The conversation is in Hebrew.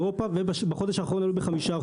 באירופה ובחודש האחרון עלו ב-5%.